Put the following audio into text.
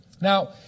Now